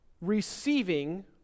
receiving